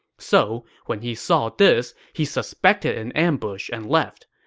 so when he saw this, he suspected an ambush and left.